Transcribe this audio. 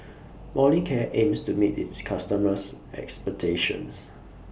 Molicare aims to meet its customers' expectations